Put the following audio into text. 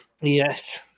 Yes